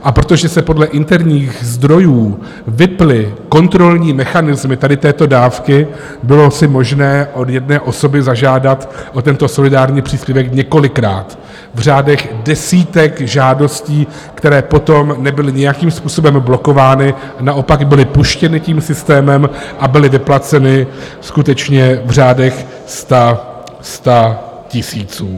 A protože se podle interních zdrojů vypnuly kontrolní mechanismy tady této dávky, bylo si možné od jedné osoby zažádat o tento solidární příspěvek několikrát v řádech desítek žádostí, které potom nebyly nijakým způsobem blokovány, naopak byly puštěny tím systémem a byly vyplaceny skutečně v řádech statisíců.